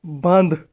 بنٛد